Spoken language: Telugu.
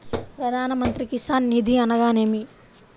ప్రధాన మంత్రి కిసాన్ నిధి అనగా నేమి?